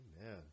Amen